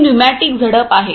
हे न्यूमॅटिक झडप आहे